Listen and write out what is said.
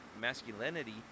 masculinity